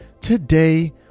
today